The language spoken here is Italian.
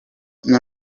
non